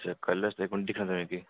अच्छा कल आस्तै